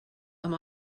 amb